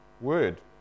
word